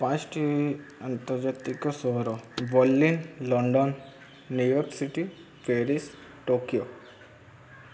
ପାଞ୍ଚୋଟି ଆନ୍ତର୍ଜାତିକ ସହର Berlin London New York city Paris Tokyo